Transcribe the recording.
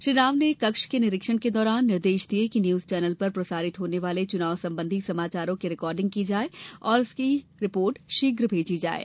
श्री राव ने कक्ष के निरीक्षण के दौरान निर्देश दिये कि न्यूज चैनल पर प्रसारित होने वाले चुनाव संबंधी समाचारों की रिकॉर्डिंग की जाये और उसकी रिपोर्ट शीघ्र भेजी जायें